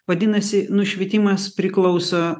vadinasi nušvitimas priklauso